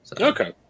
Okay